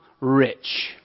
rich